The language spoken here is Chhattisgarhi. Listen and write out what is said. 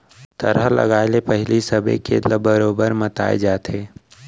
थरहा लगाए ले पहिली सबे खेत ल बरोबर मताए जाथे